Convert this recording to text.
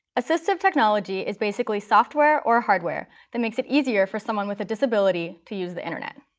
assistive technology is basically software or hardware that makes it easier for someone with a disability to use the internet.